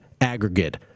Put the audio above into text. aggregate